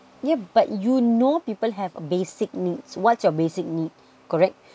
yeah but you know people have basic needs what's your basic need correct